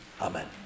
Amen